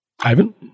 Ivan